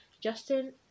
Justin